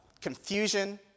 confusion